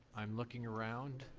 i'm looking around.